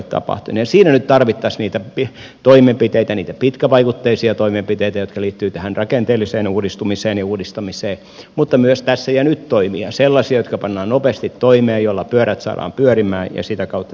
ja siinä nyt tarvittaisiin niitä toimenpiteitä niitä pitkävaikutteisia toimenpiteitä jotka liittyvät tähän rakenteelliseen uudistumiseen ja uudistamiseen mutta myös tässä ja nyt toimia sellaisia jotka pannaan nopeasti toimeen ja joilla pyörät saadaan pyörimään ja sitä kautta toimeliaisuutta